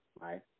right